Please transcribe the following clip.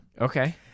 Okay